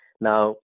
Now